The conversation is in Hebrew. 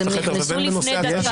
ובין בנושא הצעת החוק,